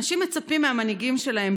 אנשים מצפים מהמנהיגים שלהם,